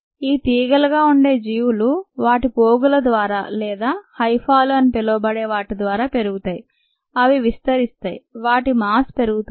ఈ తీగలు గా ఉండే జీవులు వాటి పోగుల ద్వారా లేదా హైఫాలు అని పిలవబడే వాటి ద్వారా పెరుగుతాయి అవి విస్తరిస్తాయి వాటి మాస్ పెరుగుతుంది